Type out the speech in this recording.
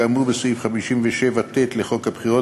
כאמור בסעיף 57(ט) לחוק הבחירות,